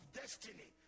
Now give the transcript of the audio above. destiny